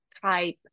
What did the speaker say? type